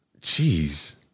jeez